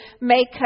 make